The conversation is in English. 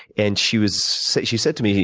and she was she said to me,